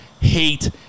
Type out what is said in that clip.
hate